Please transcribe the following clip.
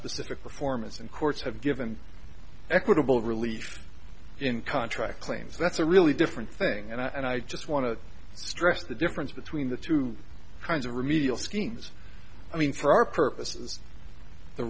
specific performance and courts have given equitable relief in contract claims that's a really different thing and i just want to stress the difference between the two kinds of remedial schemes i mean for our purposes the